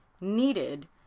needed